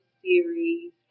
series